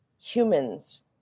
humans